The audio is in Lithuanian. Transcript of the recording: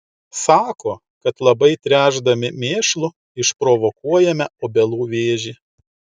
sako kad labai tręšdami mėšlu išprovokuojame obelų vėžį